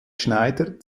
schneider